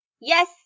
Yes